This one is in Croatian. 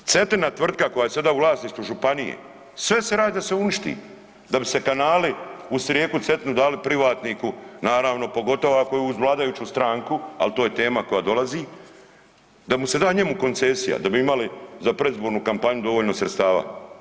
Sadra, Cetina tvrtka koja je sada u vlasništvu županije, sve se radi da se uništi, da bi se kanali uz rijeku Cetinu dali privatniku naravno pogotovo ako je uz vladajuću stranku, ali to je tema koja dolazi da mu se da njemu koncesija da bi imali za predizbornu kampanju dovoljno sredstava.